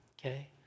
okay